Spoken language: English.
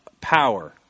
power